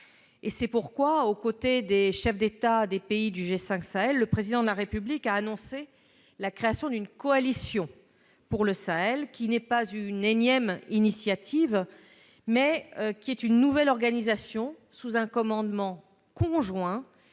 C'est pourquoi, aux côtés des chefs d'Étatdes pays du G5 Sahel, le Président de la République a annoncé la création d'une coalition pour le Sahel. Il s'agit non pas d'une énième initiative, mais d'une nouvelle organisation sous un commandement conjoint,